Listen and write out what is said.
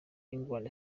england